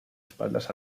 espaldas